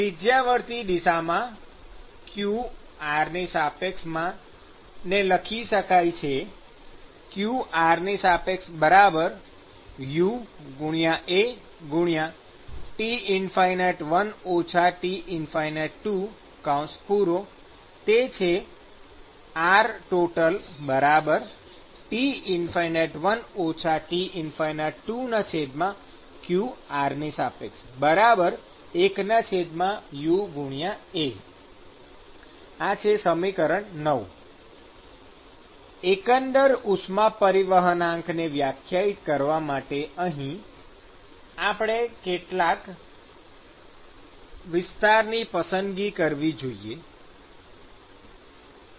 ત્રિજ્યાવર્તી દિશામાં qr ને લખી શકાય છે qrUAT∞1 T∞2⇒RtotalT∞1 T∞2qr1UA ૯ એકંદર ઉષ્મા પરિવહનાંકને વ્યાખ્યાયિત કરવા માટે અહી કેટલા વિસ્તારની પસંદગી કરવી જોઈએ